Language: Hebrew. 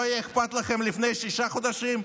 לא היה אכפת לכם לפני שישה חודשים,